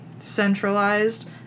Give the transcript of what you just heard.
centralized